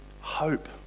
hope